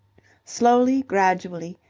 slowly, gradually,